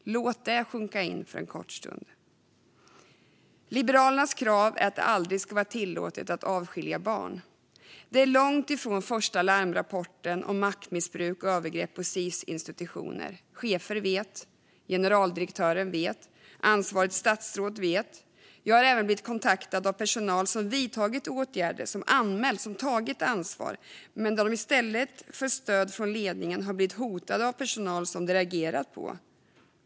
Låt det sjunka in för en kort stund! Liberalernas krav är att det aldrig ska vara tillåtet att avskilja barn. Detta är långt ifrån den första larmrapporten om maktmissbruk och övergrepp på Sis-institutioner. Chefer vet, generaldirektören vet och ansvarigt statsråd vet. Jag har även blivit kontaktad av personal som vidtagit åtgärder - som anmält och tagit ansvar - men som i stället för att få stöd från ledningen har blivit hotade av personal som de reagerat på.